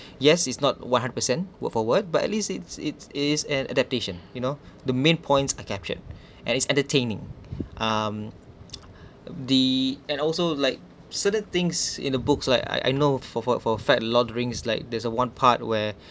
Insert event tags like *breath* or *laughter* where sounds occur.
*breath* yes is not one hundred percent word for word but at least it's it is an adaptation you know the main points are captured *breath* and it's entertaining um *noise* the and also like certain things in the books like I I know for for for fed lord rings like there's a one part where